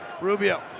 Rubio